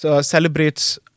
celebrates